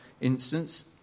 instance